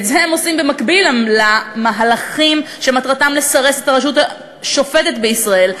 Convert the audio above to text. את זה הם עושים במקביל למהלכים שמטרתם לסרס את הרשות השופטת בישראל.